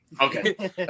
okay